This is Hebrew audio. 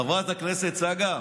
חברת הכנסת צגה,